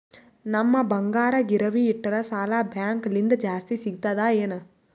ನಮ್ ಬಂಗಾರ ಗಿರವಿ ಇಟ್ಟರ ಸಾಲ ಬ್ಯಾಂಕ ಲಿಂದ ಜಾಸ್ತಿ ಸಿಗ್ತದಾ ಏನ್?